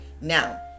Now